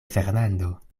fernando